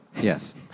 Yes